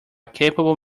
capable